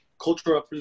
cultural